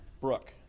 Brooke